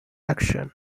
action